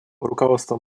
руководством